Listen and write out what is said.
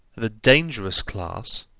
the dangerous class,